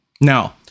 Now